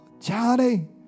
Johnny